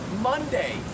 Monday